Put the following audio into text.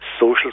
social